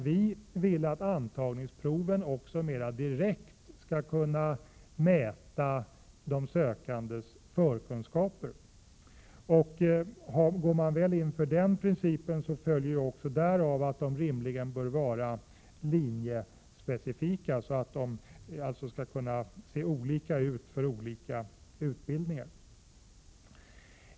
Vi vill att antagningsproven mer direkt skall kunna mäta de sökandes förkunskaper. Om man går in för den principen följer därav att proven rimligen bör vara linjespecifika. De skall alltså kunna se olika ut för olika utbildningar.